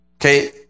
Okay